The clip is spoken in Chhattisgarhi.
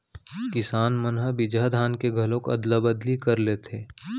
किसान मन ह बिजहा धान के घलोक अदला बदली कर लेथे